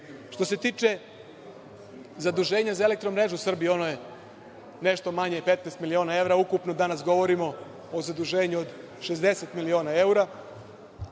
se tiče zaduženja za „Elektromrežu Srbije“, ono je nešto manje 15 miliona evra ukupno. Danas govorimo o zaduženju od 60 miliona evra.